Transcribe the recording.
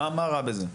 מה רע בזה?